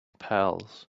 pals